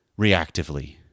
reactively